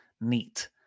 neat